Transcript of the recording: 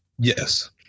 Yes